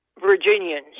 Virginians